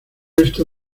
esto